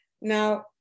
Now